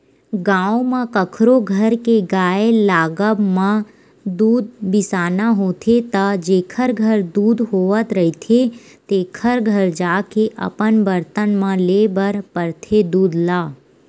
गाँव म कखरो घर के गाय लागब म दूद बिसाना होथे त जेखर घर दूद होवत रहिथे तेखर घर जाके अपन बरतन म लेय बर परथे दूद ल